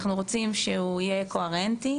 אנחנו רוצים שהוא יהיה קוהרנטי,